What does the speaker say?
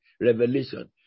revelation